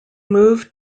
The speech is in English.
moved